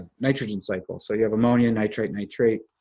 nitrogen cycle, so you have ammonia nitrite, nitrate,